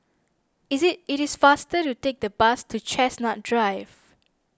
is it it is faster to take the bus to Chestnut Drive